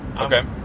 Okay